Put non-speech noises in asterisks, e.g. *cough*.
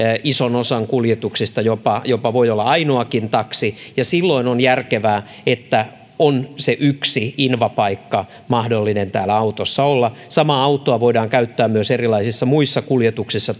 ison osan kuljetuksista voi jopa olla ainoakin taksi ja silloin on järkevää että on se yksi invapaikka mahdollinen autossa olla samaa autoa voidaan toivottavasti tulevaisuudessa käyttää myös erilaisissa muissa kuljetuksissa *unintelligible*